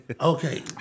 Okay